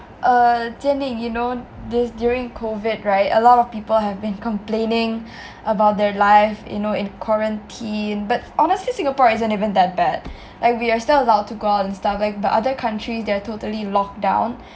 uh Jian-Ning you know this during COVID right a lot of people have been complaining about their life you know in quarantine but honestly singapore isn't even that bad like we are still allowed to go and stuff but other countries they're totally locked down